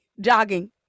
jogging